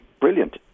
brilliant